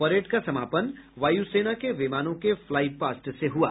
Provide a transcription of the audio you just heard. parade का समापन वायु सेना के विमानों के फ्लाईपास्ट से हुआ